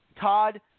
Todd